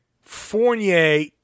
Fournier